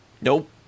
nope